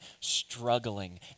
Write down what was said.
struggling